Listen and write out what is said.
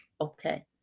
okay